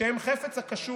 פשע חמור,